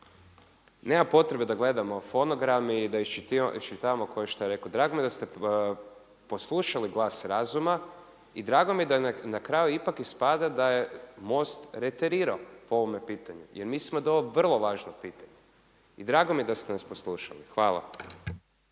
Nema potrebe da gledamo fonogram i da iščitavamo tko je šta rekao, drago mi je da ste poslušali glas razuma i drago mi je da na kraju ipak ispada je MOST reterirao po ovome pitanju jer mislimo da je ovo vrlo važno pitanje i drago mi je da ste nas poslušali. Hvala.